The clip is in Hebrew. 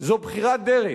זו בחירת דרך,